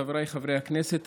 חבריי חברי הכנסת,